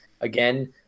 again